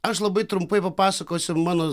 aš labai trumpai papasakosiu mano